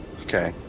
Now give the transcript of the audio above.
Okay